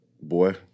Boy